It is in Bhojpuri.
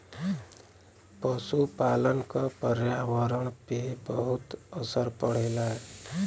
पसुपालन क पर्यावरण पे बहुत असर पड़ेला